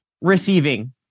receiving